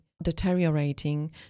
Deteriorating